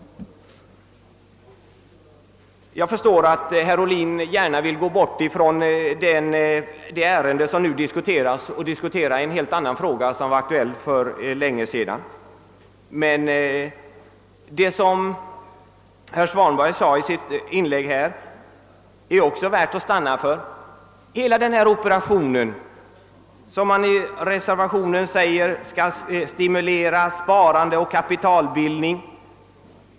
Jag förstår att herr Ohlin gärna vill tala om något annat än det ärende vi nu diskuterar och att han därför talar om en fråga som var aktuell för länge sedan. Vad herr Svanberg framhöll i sitt inlägg är värt att stanna inför. Reservanterna säger sig vilja stimulera sparande och kapitalbildning.